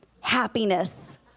happiness